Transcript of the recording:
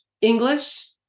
English